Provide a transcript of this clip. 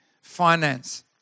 finance